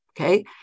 Okay